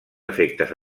efectes